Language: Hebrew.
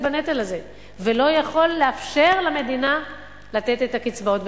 בנטל הזה ולא יכול לאפשר למדינה לתת את הקצבאות.